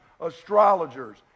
astrologers